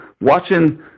watching